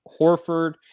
horford